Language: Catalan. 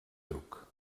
truc